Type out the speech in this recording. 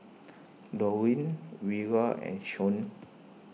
Dorine Vira and Shon